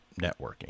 networking